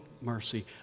mercy